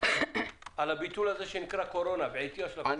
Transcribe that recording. על הביטול הזה בעטיה של הקורונה?